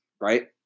right